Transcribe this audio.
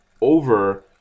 over